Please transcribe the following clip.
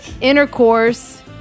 intercourse